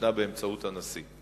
שניתנה באמצעות הנשיא.